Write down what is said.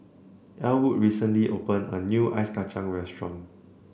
Ellwood recently opened a new Ice Kacang restaurant